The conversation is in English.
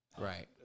Right